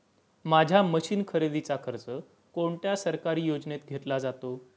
माझ्या मशीन खरेदीचा खर्च कोणत्या सरकारी योजनेत घेतला जातो?